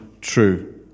true